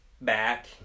back